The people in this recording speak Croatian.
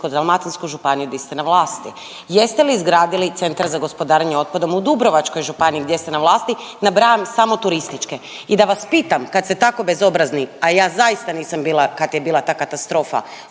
Splitsko-dalmatinsku županiju, di ste na vlasti? Jeste li izgradili centar za gospodarenje otpadom u Dubrovačkoj županiji, gdje ste na vlasti? Nabrajam samo turističke. I da vas pitam, kad ste tako bezobrazni, a ja zaista nisam bila kad je bila ta katastrofa